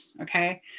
okay